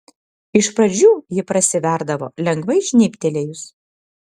iš pradžių ji prasiverdavo lengvai žnybtelėjus